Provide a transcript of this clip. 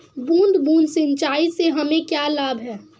बूंद बूंद सिंचाई से हमें क्या लाभ है?